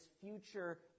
future